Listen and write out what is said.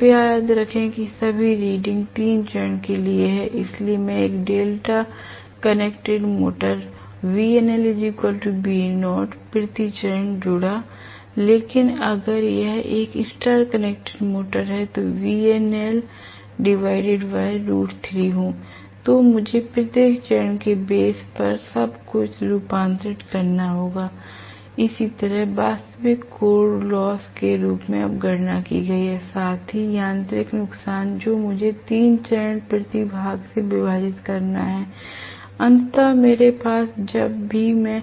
कृपया याद रखें कि सभी रीडिंग 3 चरण के लिए हैं इसलिए मैं एक delta connected motor VNL V0 प्रति चरण जुड़ा लेकिन अगर यह एक स्टार कनेक्टेड मोटर है हूं तो मुझे प्रत्येक चरण के बेस पर सब कुछ रूपांतरण करना होगा इसी तरह वास्तविक कोर लॉस के रूप में अब गणना की गई है साथ ही यांत्रिक नुकसान जो मुझे 3 चरण प्रति भाग से विभाजित करना है अंततः मेरे पास है जब भी मैं